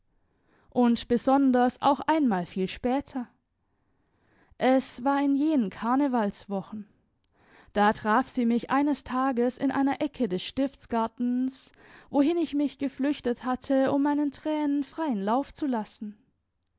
und besonders auch einmal viel später es war in jenen karnevalswochen da traf sie mich eines tages in einer ecke des stiftsgartens wohin ich mich geflüchtet hatte um meinen tränen freien lauf zu lassen